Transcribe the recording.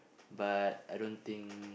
but I don't think